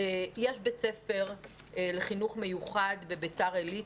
יש בית ספר לחינוך מיוחד בביתר עילית,